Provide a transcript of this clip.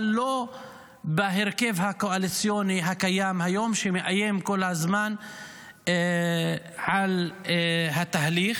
אבל לא בהרכב הקואליציוני הקיים היום שמאיים כל הזמן על התהליך.